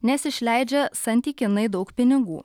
nes išleidžia santykinai daug pinigų